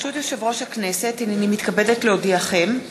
ברשות יושב-ראש הכנסת, הנני מתכבדת להודיעכם,